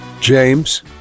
James